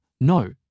no